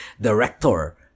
director